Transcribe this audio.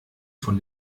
von